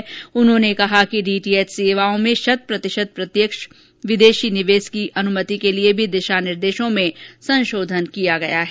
श्री जावेडेकर ने कहा कि डीटीएच सेवाओं में शत प्रतिशत प्रत्यक्ष विदेशी निवेश की अनुमति के लिए भी दिशा निर्देशों में भी संशोधन किया गया है